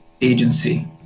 agency